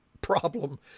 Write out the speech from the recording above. problem